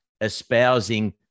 espousing